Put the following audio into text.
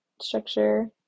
structure